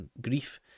grief